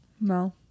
No